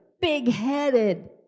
big-headed